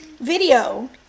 video